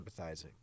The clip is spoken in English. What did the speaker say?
empathizing